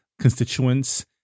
constituents